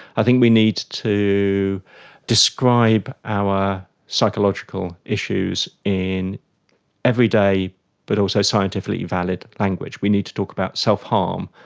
i think we need to describe our psychological issues in everyday but also scientifically valid language. we need to talk about self-harm,